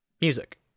music